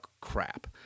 crap